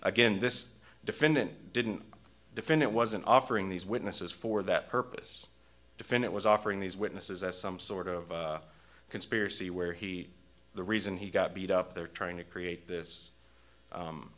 again this defendant didn't defend it wasn't offering these witnesses for that purpose defendant was offering these witnesses as some sort of conspiracy where he the reason he got beat up they're trying to create this